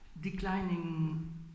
declining